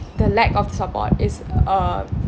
the lack of support is uh